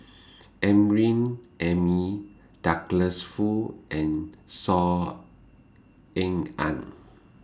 Amrin Amin Douglas Foo and Saw Ean Ang